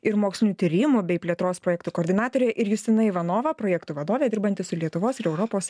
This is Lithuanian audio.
ir mokslinių tyrimų bei plėtros projektų koordinatorę ir justina ivanova projektų vadovė dirbanti su lietuvos ir europos